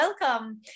welcome